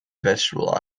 vegetable